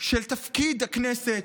של תפקיד הכנסת,